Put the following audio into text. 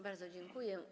Bardzo dziękuję.